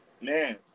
Man